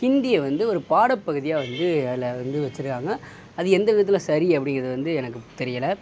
ஹிந்தியை வந்து ஒரு பாடப்பகுதியாக வந்து அதில் வந்து வச்சுருக்காங்க அது எந்த விதத்தில் சரி அப்படிங்குறது வந்து எனக்கு தெரியல